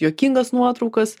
juokingas nuotraukas